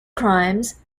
crimes